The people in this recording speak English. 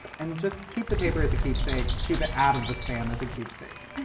and just keep the paper as a keepsake. keep it out of the spam as a keepsake.